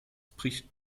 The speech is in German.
bricht